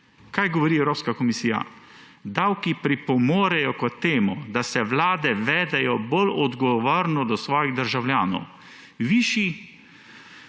Kaj govori Evropska komisija? Davki pripomorejo k temu, da se vlade vedejo bolj odgovorno do svojih državljanov. Višji